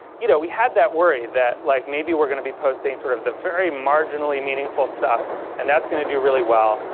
you know we had that worry, that like maybe we're going to be posting sort of the very marginally meaningful stuff and that's going to do really well,